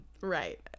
Right